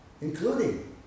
including